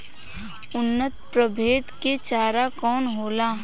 उन्नत प्रभेद के चारा कौन होला?